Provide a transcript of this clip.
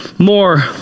More